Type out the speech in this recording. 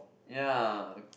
ya